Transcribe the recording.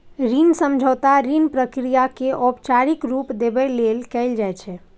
ऋण समझौता ऋण प्रक्रिया कें औपचारिक रूप देबय लेल कैल जाइ छै